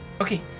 okay